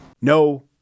No